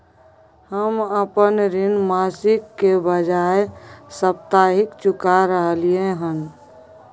हम अपन ऋण मासिक के बजाय साप्ताहिक चुका रहलियै हन